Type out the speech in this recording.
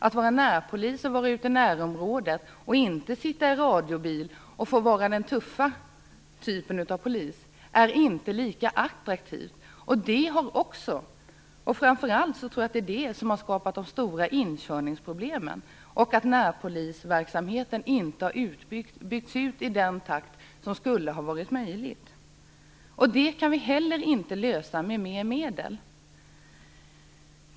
Att vara närpolis i närområdet utan att få sitta i radiobil och vara den tuffa typen av polis är inte lika attraktivt. Framför allt tror jag att det är det som har skapat de stora inkörningsproblemen. Det är anledningen till att närpolisverksamheten inte har byggts ut i den takt som skulle ha varit möjlig. Det kan vi inte heller lösa genom ytterligare medel.